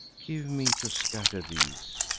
give me to scatter these.